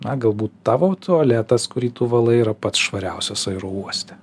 na galbūt tavo tualetas kurį tu valai yra pats švariausias aerouoste